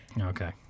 Okay